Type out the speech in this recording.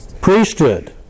priesthood